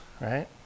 right